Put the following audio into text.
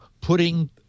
putting